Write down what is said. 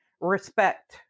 respect